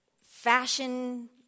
fashion